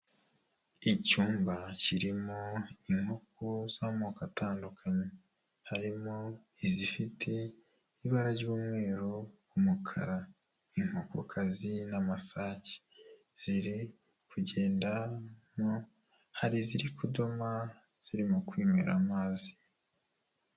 Icyumba kirimo inkoko z'amoko atandukanye, harimo izifite ibara ry'umweru, umukara, inkokokazi n'amasake, ziri kugendamo, hari iziri kudoma zirimo kwinywera amazi.